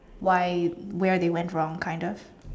why where they went wrong kind of